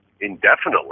indefinitely